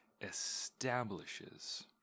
establishes